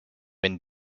been